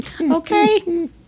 okay